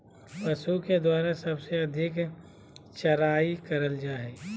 पशु के द्वारा सबसे अधिक चराई करल जा हई